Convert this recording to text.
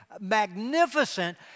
magnificent